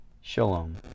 shalom